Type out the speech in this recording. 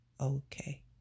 okay